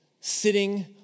sitting